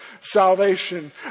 salvation